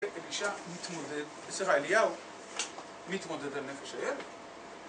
אלישע מתמודד סליחה אליהו, מתמודד על נפש האל